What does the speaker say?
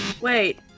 Wait